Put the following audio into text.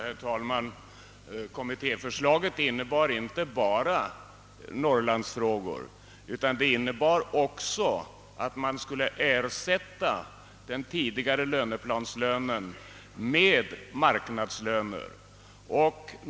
Herr talman! Kommittéförslaget omfattade inte bara norrlandsfrågor, utan också frågan att man skulle ersätta den tidigare löneplanslönen med marknadslöner.